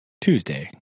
Tuesday